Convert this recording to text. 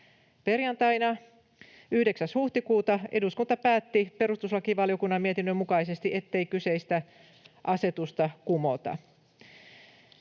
Perjantaina 9. huhtikuuta eduskunta päätti perustuslakivaliokunnan mietinnön mukaisesti, ettei kyseistä asetusta kumota.